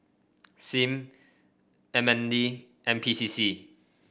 Sim M N D N P C C